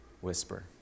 whisper